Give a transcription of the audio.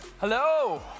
Hello